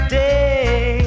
day